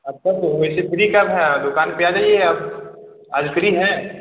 आप कब वैसे फ़्री कब हैं दुकान पर आ जाइए आप आज फ़्री हैं